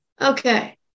okay